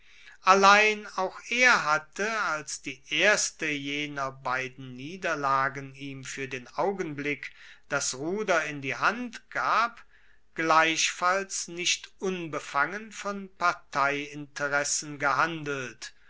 allein auch er hatte als die erste jener beiden niederlagen ihm fuer den augenblick das ruder in die hand gab gleichfalls nicht unbefangen von parteiinteressen gehandelt